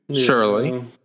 surely